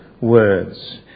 words